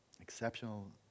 exceptional